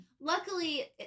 Luckily